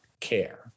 care